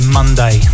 Monday